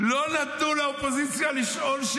לא נתנו לאופוזיציה לשאול.